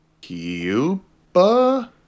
Cuba